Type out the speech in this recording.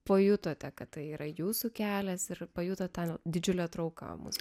pajutote kad tai yra jūsų kelias ir pajuto tą didžiulę trauką